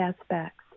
aspects